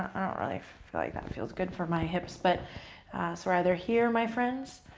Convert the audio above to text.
i don't really feel like that feels good for my hips. but so either here, my friends,